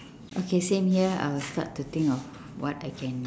okay same here I would start to think of what I can